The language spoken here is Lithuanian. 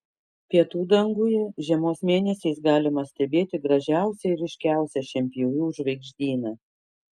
pietų danguje žiemos mėnesiais galima stebėti gražiausią ir ryškiausią šienpjovių žvaigždyną